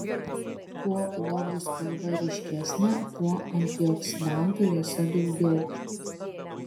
kuo uogų spalva ryškesnė tuo antioksidantų jose daugiau